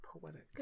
poetic